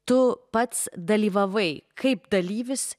tu pats dalyvavai kaip dalyvis